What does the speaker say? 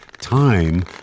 time